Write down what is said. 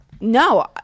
no